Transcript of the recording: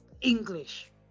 English